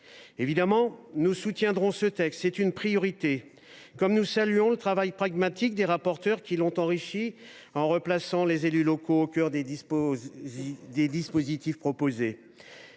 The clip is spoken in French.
Évidemment, nous soutiendrons ce texte. – c’est une priorité – et nous saluons le travail pragmatique des rapporteurs, qui l’ont enrichi en replaçant les élus locaux au cœur des dispositifs proposés